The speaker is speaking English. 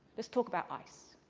let's talk about ice.